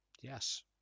yes